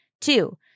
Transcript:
Two